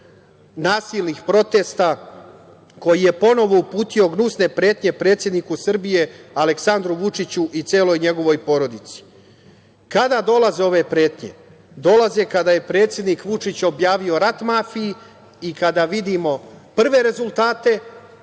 nasilnih protesta koji je ponovo uputio gnusne pretnje predsedniku Srbije Aleksandru Vučiću i celoj njegovoj porodici. Kada dolaze ove pretnje? Dolaze kada je predsednik Vučić objavio rat mafiji i kada vidimo prve rezultate